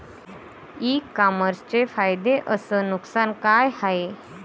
इ कामर्सचे फायदे अस नुकसान का हाये